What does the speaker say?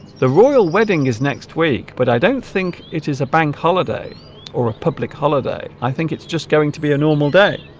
the royal wedding is next week but i don't think it is a bank holiday or a public holiday i think it's just going to be a normal day